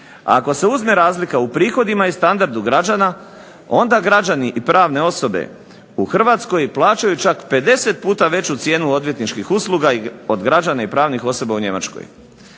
ako se uzme razlika u prihodima i standardu građana onda građani i pravne osobe u Hrvatskoj plaćaju čak 50 puta veću cijenu odvjetničkih usluga od građana i pravnih osoba u Njemačkoj.